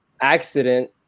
accident